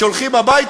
כשהם הולכים הביתה,